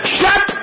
Shut